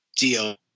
deal